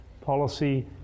policy